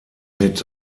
mit